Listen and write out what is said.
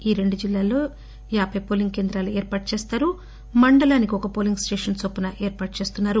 ఈ రెండు జిల్లాల్లో యాబై పోలింగ్ కేంద్రాలు ఏర్పాటు చేస్తారు మండలానికి ఒక పోలింగ్ స్టేషన్ చొప్పున ఏర్పాటు చేస్తున్నారు